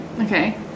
Okay